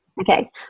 Okay